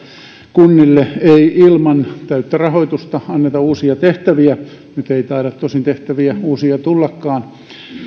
kunnille ei ilman täyttä rahoitusta anneta uusia tehtäviä nyt ei taida tosin uusia tehtäviä tullakaan